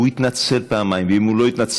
הוא יתנצל פעמיים, ואם הוא לא יתנצל,